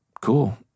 cool